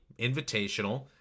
invitational